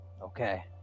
okay